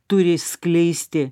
turi skleisti